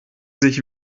sich